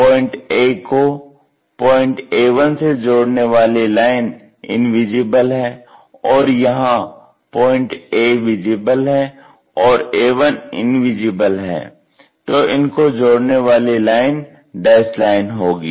point A को point A1 से जोड़ने वाली लाइन इनविजिबल है और यहां पॉइंट A विजिबल है और A1 इनविजिबल है तो इनको जोड़ने वाले लाइन डैस्ड लाइन होगी